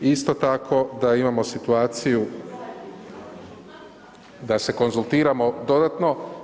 Isto tako da imamo situaciju da se konzultiramo dodatno.